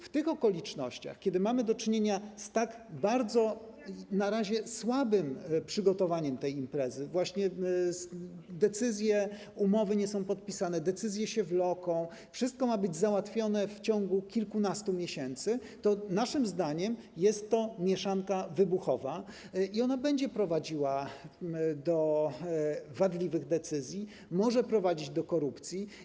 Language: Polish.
W tych okolicznościach, kiedy mamy na razie do czynienia z tak bardzo słabym przygotowaniem tej imprezy, kiedy decyzje, umowy nie są podpisane, decyzje się wloką, wszystko ma być załatwione w ciągu kilkunastu miesięcy, naszym zdaniem jest to mieszanka wybuchowa i ona będzie prowadziła do wadliwych decyzji, może prowadzić do korupcji.